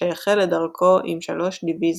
שהחל את דרכו עם שלוש דיוויזיות,